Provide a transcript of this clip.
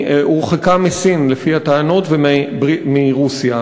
היא הורחקה מסין, לפי הטענות, ומרוסיה.